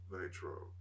Nitro